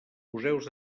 museus